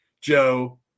Joe